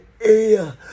air